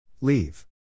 Leave